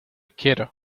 quiero